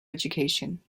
education